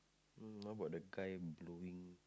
how about the guy blowing